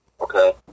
okay